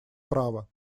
права